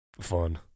fun